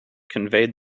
conveyed